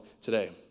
today